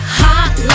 hot